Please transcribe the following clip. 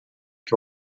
que